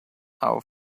our